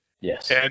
Yes